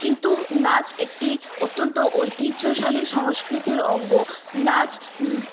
কিন্তু নাচ একটি অত্যন্ত ঐতিহ্যশালী সংস্কৃতির অঙ্গ নাচ